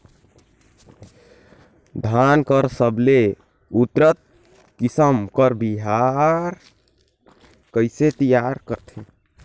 धान कर सबले उन्नत किसम कर बिहान कइसे तियार करथे?